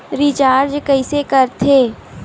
Recharge कइसे कर थे?